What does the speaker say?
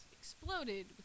exploded